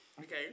Okay